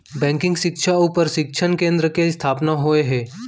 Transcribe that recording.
banking सिक्छा अउ परसिक्छन केन्द्र के इस्थापना होय हे